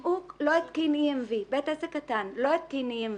אם הוא לא התקין EMV, בית עסק קטן לא התקין EMV,